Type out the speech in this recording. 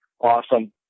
awesome